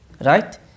Right